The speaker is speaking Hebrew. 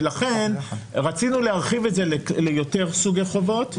לכן רצינו להרחיב את זה ליותר סוגי חובות,